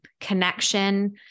connection